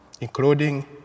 including